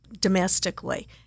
domestically